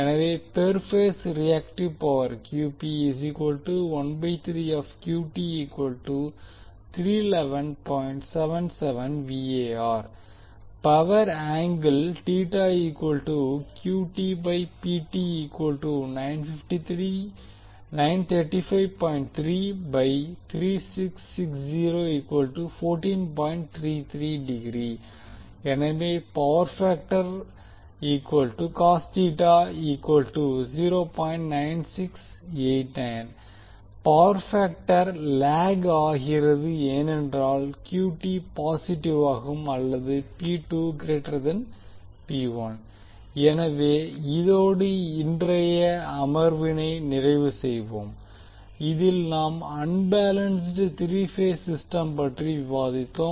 எனவே per phase reactive power power angle எனவே power factor power factor lag ஆகிறது ஏனென்றால் பாஸிடிவாகும் அல்லது எனவே இதோடு இன்றைய அமர்வினை நிறைவு செய்வோம் இதில் நாம் அன்பேலன்ஸ்ட் த்ரீ பேஸ் சிஸ்டம் பற்றி விவாதித்தோம்